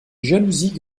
jalousies